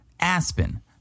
Aspen